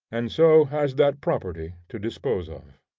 and so has that property to dispose of.